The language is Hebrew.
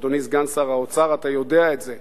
אדוני סגן שר האוצר, אתה יודע את זה.